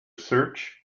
search